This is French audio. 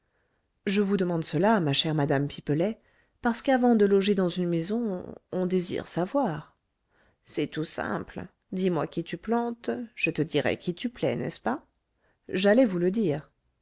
je vous demande cela ma chère madame pipelet parce qu'avant de loger dans une maison on désire savoir c'est tout simple dis-moi qui tu plantes je te dirai qui tu plais n'est-ce pas j'allais vous le dire